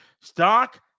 Stock